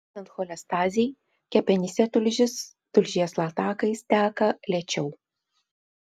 esant cholestazei kepenyse tulžis tulžies latakais teka lėčiau